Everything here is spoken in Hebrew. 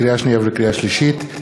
לקריאה שנייה ולקריאה שלישית,